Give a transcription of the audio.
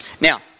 now